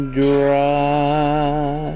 dry